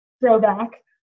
throwback